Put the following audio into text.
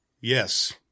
yes